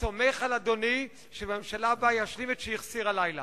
אני סומך על אדוני שבממשלה הבאה ישלים את מה שהחסיר הלילה.